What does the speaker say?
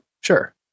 sure